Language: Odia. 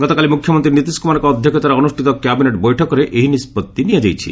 ଗତକାଲି ମୁଖ୍ୟମନ୍ତ୍ରୀ ନୀତିଶ କୁମାରଙ୍କ ଅଧ୍ୟକ୍ଷତାରେ ଅନୁଷ୍ଠିତ କ୍ୟାବିନେଟ୍ ବୈଠକରେ ଏହି ନିଷ୍ପଭି ନିଆଯାଇଛି